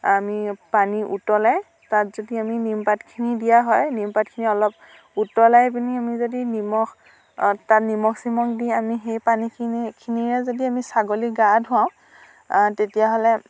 আমি পানী উতলাই তাত যদি আমি নিমপাতখিনি দিয়া হয় নিমপাতখিনি অলপ উতলাই পিনি আমি যদি নিমখ তাত নিমখ চিমখ দি আমি সেই পানীখিনি খিনিৰে যদি আমি ছাগলীক গা ধুৱাওঁ তেতিয়াহ'লে